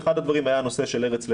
אחד הדברים היה הנושא של ארץ לידה,